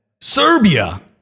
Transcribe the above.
Serbia